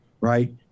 right